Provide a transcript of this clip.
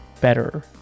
better